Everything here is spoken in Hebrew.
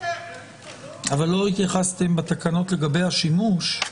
אבל לא התייחסתם בתקנות לגבי השימוש.